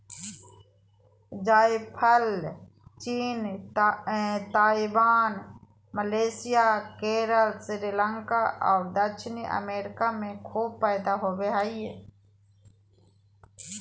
जायफल चीन, Taiwan, Malaysia, Kerala, Sri Lanka और दक्षिणी अमेरिका में खूब पैदा होबो हइ